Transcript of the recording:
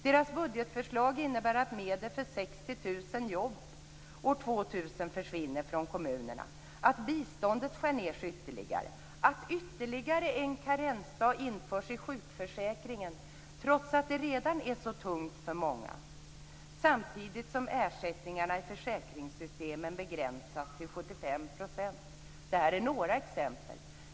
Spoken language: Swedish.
Deras budgetförslag innebär att medel för 60 000 jobb år 2000 försvinner från kommunerna, att biståndet skärs ned ytterligare, att ytterligare en karensdag införs i sjukförsäkringen - trots att det redan är så tungt för många - samtidigt som ersättningarna i försäkringssystemen begränsas till 75 %. Det här är några exempel.